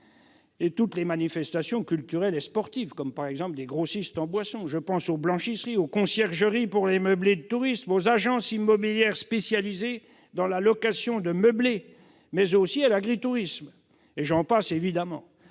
et toutes les manifestations culturelles et sportives, comme les grossistes en boissons, aux blanchisseries, aux conciergeries pour les meublés de tourisme, aux agences immobilières spécialisées dans la location de meublés, à l'agritourisme, et j'en passe. Concernant